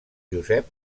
josep